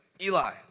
Eli